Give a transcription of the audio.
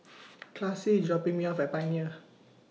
Classie IS dropping Me off At Pioneer